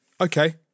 okay